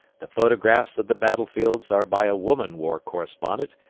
the photographs of the battlefields are by a woman war-correspondent,